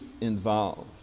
involved